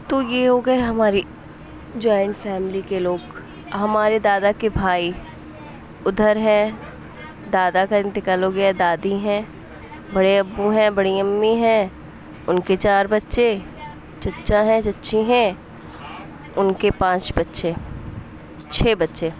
تو یہ ہو گئے ہماری جوائنٹ فیملی کے لوگ ہمارے دادا کے بھائی اُدھر ہے دادا کا اِنتقال ہو گیا دادی ہیں بڑے ابو ہیں بڑی امّی ہیں اُن کے چار بچے چچا ہیں چچی ہیں اُن کے پانچ بچے چھ بچے